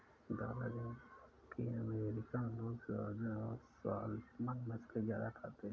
दादा जी ने कहा कि अमेरिकन लोग सार्डिन और सालमन मछली ज्यादा खाते हैं